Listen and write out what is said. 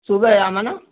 सुबह आओगे ना